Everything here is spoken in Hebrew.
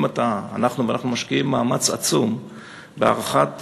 אנחנו משקיעים מאמץ עצום בהארכת